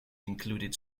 included